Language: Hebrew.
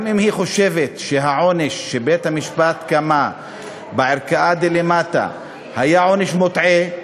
גם אם היא חושבת שהעונש שבית-המשפט קבע בערכאה דלמטה היה עונש מוטעה,